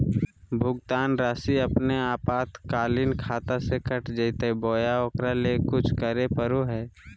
भुक्तान रासि अपने आपातकालीन खाता से कट जैतैय बोया ओकरा ले कुछ करे परो है?